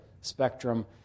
spectrum